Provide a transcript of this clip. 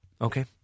Okay